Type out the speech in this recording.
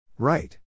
Right